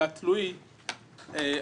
אלא תלויי ערכים,